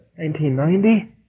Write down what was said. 1990